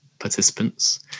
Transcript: participants